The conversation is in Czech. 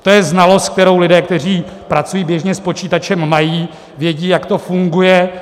To je znalost, kterou lidé, kteří pracují běžně s počítačem, mají, vědí, jak to funguje.